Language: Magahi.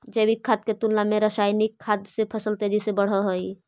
जैविक खाद के तुलना में रासायनिक खाद से फसल तेजी से बढ़ऽ हइ